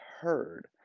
heard